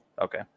okay